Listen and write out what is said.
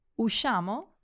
Usciamo